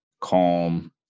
calm